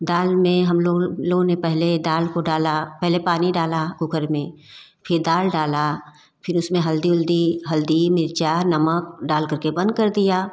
दाल में हम लोगों ने पहले दाल को डाला पहले पानी डाला कूकर में फिर दाल डाला फिर उसमें हल्दी उल्दी हल्दी मिर्चा नमक डालकर के बंद कर दिया